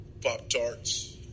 Pop-Tarts